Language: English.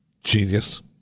Genius